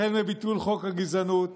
החל בביטול חוק הגזענות